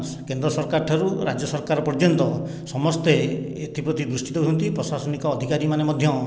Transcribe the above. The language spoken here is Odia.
କେନ୍ଦ୍ର ସରକାର ଠାରୁ ରାଜ୍ୟ ସରକାର ପର୍ଯ୍ୟନ୍ତ ସମସ୍ତେ ଏଥି ପ୍ରତି ଦୃଷ୍ଟି ଦେଉଛନ୍ତି ପ୍ରଶାସନିକ ଅଧିକାରୀ ମାନେ ମଧ୍ୟ